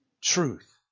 truth